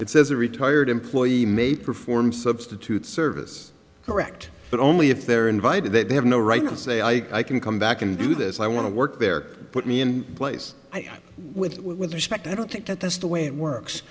it says a retired employee may perform substitute service correct but only if they're invited that they have no right to say i can come back and do this i want to work there put me in place i'm with it with respect i don't think that that's the way it works